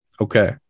Okay